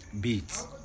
beats